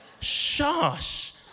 Shush